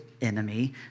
enemy